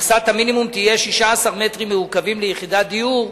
מכסת המינימום תהיה 16 מטרים מעוקבים ליחידת דיור,